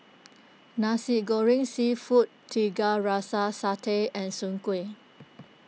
Nasi Goreng Seafood Tiga Rasa Satay and Soon Kway